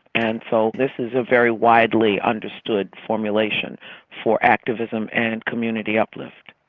and so this is a very widely understood formulation for activism and community uplift.